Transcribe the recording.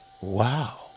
Wow